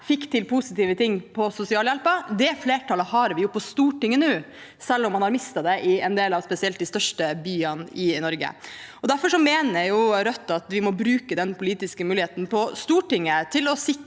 fikk til positive ting med sosialhjelpen. Det flertallet har vi på Stortinget nå, selv om man har mistet det i en del kommuner, spesielt de største byene i Norge. Derfor mener Rødt at vi må bruke den politiske muligheten på Stortinget til å sikre